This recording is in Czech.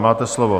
Máte slovo.